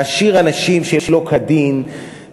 להעשיר אנשים שלא כדין,